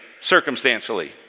circumstantially